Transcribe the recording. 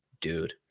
dude